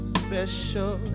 special